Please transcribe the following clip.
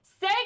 Say